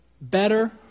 better